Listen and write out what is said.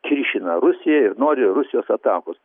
kiršina rusiją ir nori rusijos atakos